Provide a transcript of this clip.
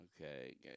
Okay